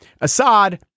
Assad